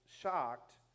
shocked